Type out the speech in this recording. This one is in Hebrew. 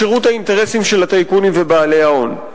בשירות האינטרסים של הטייקונים ובעלי ההון.